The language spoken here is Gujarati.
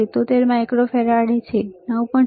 77માઈક્રોફેરાડે છે સાચું